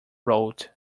route